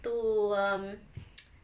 to um